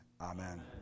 Amen